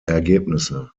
ergebnisse